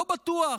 לא בטוח.